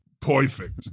perfect